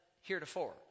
heretofore